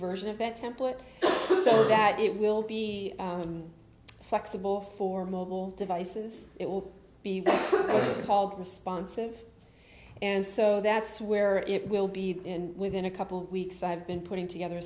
version of that template that it will be flexible for mobile devices it will be called responsive and so that's where it will be in within a couple weeks i have been putting together